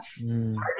started